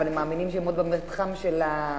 אבל הם מאמינים שהם עוד במתחם של גוש-דן.